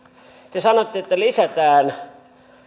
te sanotte että lisätään